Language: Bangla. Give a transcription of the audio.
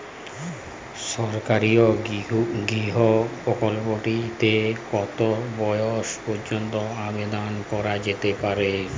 সরকারি গৃহ প্রকল্পটি তে কত বয়স পর্যন্ত আবেদন করা যেতে পারে?